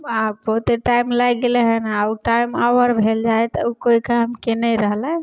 आब बहुते टाइम लागि गेलै हँ आओर ओ टाइम ओवर भेल जाइ हइ तऽओ कोइ कामके नहि रहलै